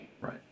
Right